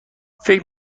فکر